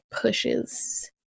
pushes